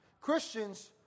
Christians